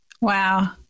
Wow